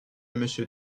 monsieur